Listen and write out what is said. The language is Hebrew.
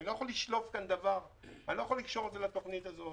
אני לא יכול לשלוף דברים ואני לא יכול לקשור את זה לתוכנית הזאת.